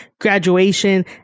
graduation